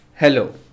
Hello